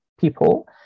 people